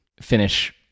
finish